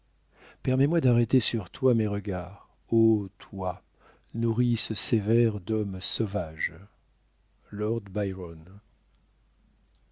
permets-moi d'arrêter sur toi mes regards ô toi nourrice sévère d'hommes sauvages lord biron